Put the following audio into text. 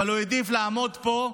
אבל הוא העדיף לעמוד פה ולהגיד: